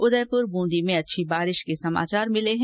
उदयपुर वूंदी में अच्छी बारिश के समाचार मिले हैं